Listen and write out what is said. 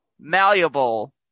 malleable